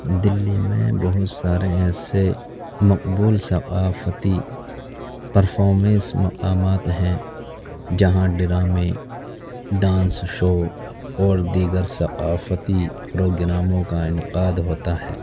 دہلی میں بہت سارے ایسے مقبول ثقافتی پرفارمینس مقامات ہیں جہاں ڈرامے ڈانس شو اور دیگر ثقافتی پروگراموں کا انعقاد ہوتا ہے